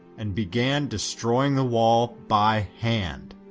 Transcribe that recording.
and began destroying the wall by hand.